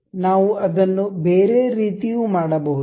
ನಾವು ಅದನ್ನು ಬೇರೆ ರೀತಿಯೂ ಮಾಡಬಹುದು